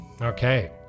Okay